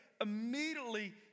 immediately